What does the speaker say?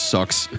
Sucks